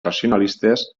racionalistes